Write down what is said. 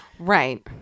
Right